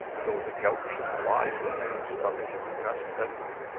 though the gout should fly to a man's stomach in your best bedroom,